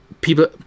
People